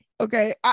Okay